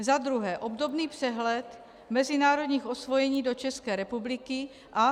2. obdobný přehled mezinárodních osvojení do České republiky a